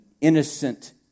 innocent